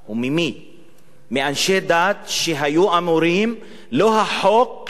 מאנשי דת שהיו אמורים, לא החוק של בני-אדם,